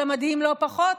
אבל מדהים לא פחות,